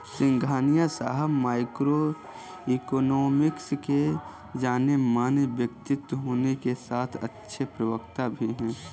सिंघानिया साहब micro economics के जानेमाने व्यक्तित्व होने के साथ अच्छे प्रवक्ता भी है